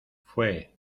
fue